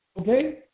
Okay